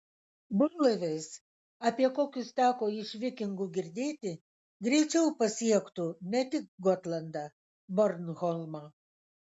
burlaiviais apie kokius teko iš vikingų girdėti greičiau pasiektų ne tik gotlandą bornholmą